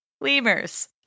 lemurs